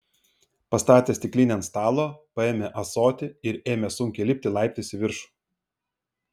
pastatęs stiklinę ant stalo paėmė ąsotį ir ėmė sunkiai lipti laiptais į viršų